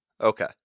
Okay